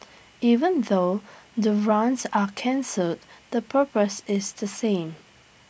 even though the runs are cancelled the purpose is the same